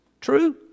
True